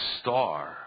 star